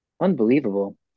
unbelievable